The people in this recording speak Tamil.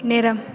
நேரம்